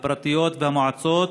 הפרטיים והמועצות,